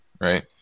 right